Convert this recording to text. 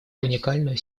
уникальную